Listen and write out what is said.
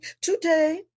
today